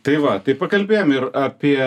tai va tai pakalbėjom ir apie